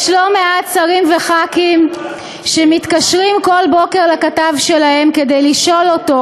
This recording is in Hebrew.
יש לא מעט שרים וח"כים שמתקשרים כל בוקר לכתב שלהם כדי לשאול אותו: